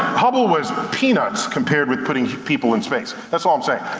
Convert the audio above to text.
hubble was peanuts compared with putting people in space, that's all i'm saying.